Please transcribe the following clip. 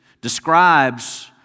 describes